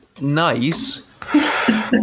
nice